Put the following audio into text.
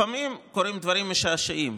לפעמים קורים דברים משעשעים,